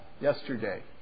yesterday